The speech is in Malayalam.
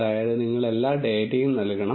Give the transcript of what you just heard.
അതായത് നിങ്ങൾ എല്ലാ ഡാറ്റയും നൽകണം